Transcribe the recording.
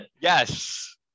Yes